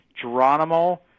Geronimo